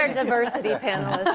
like diversity panelist.